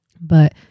But-